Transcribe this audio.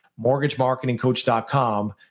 MortgageMarketingCoach.com